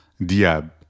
Diab